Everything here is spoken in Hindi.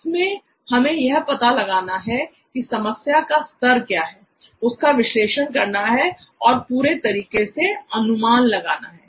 इसमें हमें यह पता लगाना है की समस्या का स्तर क्या है उसका विश्लेषण करना है और पूरी तरीके से अनुमान लगाना है